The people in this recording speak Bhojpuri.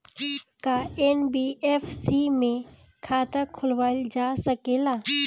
का एन.बी.एफ.सी में खाता खोलवाईल जा सकेला?